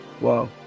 Wow